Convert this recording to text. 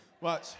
Watch